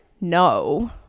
no